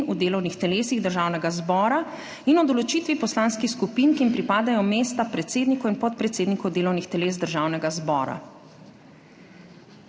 v delovnih telesih Državnega zbora in o določitvi poslanskih skupin, ki jim pripadajo mesta predsednikov in podpredsednikov delovnih teles Državnega zbora.